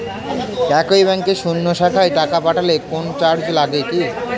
একই ব্যাংকের অন্য শাখায় টাকা পাঠালে কোন চার্জ লাগে কি?